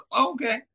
Okay